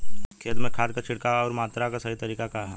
खेत में खाद क छिड़काव अउर मात्रा क सही तरीका का ह?